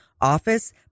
office